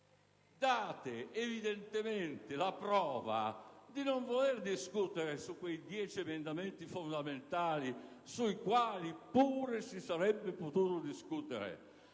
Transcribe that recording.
date evidentemente la prova di non voler discutere: su quei dieci emendamenti fondamentali, sui quali pure si sarebbe potuto discutere: